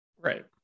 Right